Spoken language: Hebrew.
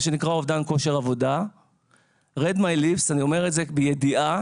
מה שנקרא אובדן כושר עבודה - אני אומר את זה בידיעה,